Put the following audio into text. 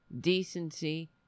decency